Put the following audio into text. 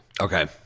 Okay